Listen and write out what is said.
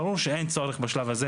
ברור שאין צורך בשלב הזה,